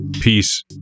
Peace